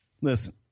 Listen